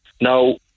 now